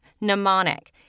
mnemonic